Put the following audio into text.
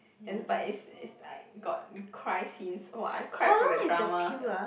yes but it's it's like got cry scenes !wah! I cry for that drama sia